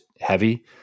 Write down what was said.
heavy